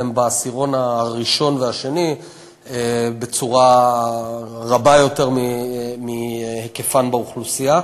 הן בעשירון הראשון והשני במידה רבה יותר מהיקפן באוכלוסייה,